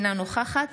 אינה נוכחת